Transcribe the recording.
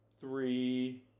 three